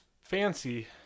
fancy